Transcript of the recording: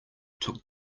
took